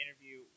interview